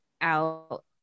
out